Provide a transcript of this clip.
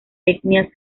etnias